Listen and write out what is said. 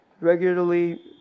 regularly